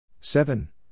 seven